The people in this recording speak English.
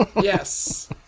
Yes